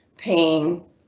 pain